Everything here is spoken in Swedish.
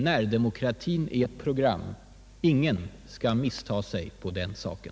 Närdemokratin är ett program — ingen skall missta sig på den saken.”